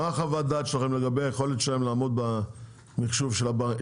מה חוות הדעת שלכם לגבי היכולת שלהם לעמוד במחשוב של הריביות?